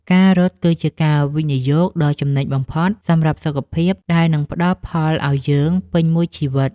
ការរត់គឺជាការវិនិយោគដ៏ចំណេញបំផុតសម្រាប់សុខភាព ដែលនឹងផ្ដល់ផលឱ្យយើងពេញមួយជីវិត។